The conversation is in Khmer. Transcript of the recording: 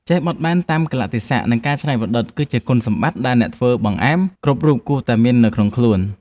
ចេះបត់បែនតាមកាលៈទេសៈ និងការច្នៃប្រឌិត គឺជាគុណសម្បត្តិដែលអ្នកធ្វើបង្អែមគ្រប់រូបគួរតែមាននៅក្នុងខ្លួន។